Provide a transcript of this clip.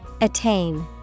Attain